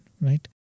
Right